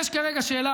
יש כרגע שאלה,